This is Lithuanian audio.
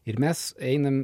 ir mes einam